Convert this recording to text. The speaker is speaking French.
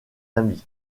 amis